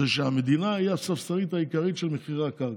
זה שהמדינה היא הספסרית העיקרית של מחירי הקרקע.